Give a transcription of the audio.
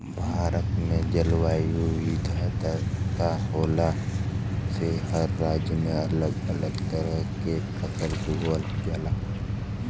भारत में जलवायु विविधता होले से हर राज्य में अलग अलग तरह के फसल बोवल जाला